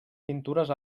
pintures